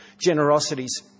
Generosities